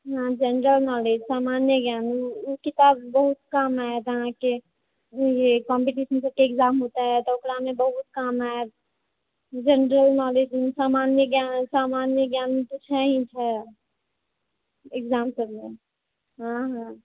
हँ general knowledge सामान्य ज्ञान ओ किताब बहुत काम आयत अहाँके जे कंपीटिशन सबके इग्ज़ैम होतै तऽ ओकरामे बहुत काम आयत जेनरल नोलेज सामान्य ज्ञान तऽ छै ही छै इग्ज़ैम सब लेल हँ हँ